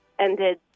ended